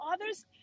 others